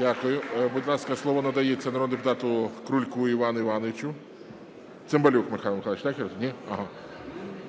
Дякую. Будь ласка, слово надається народному депутату Крульку Івану Івановичу. Цимбалюк Михайло Михайлович, так?